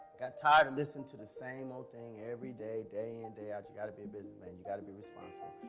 got tired and listened to the same old thing. every day, day in, day out, you got to be a business, man, you gotta be responsible.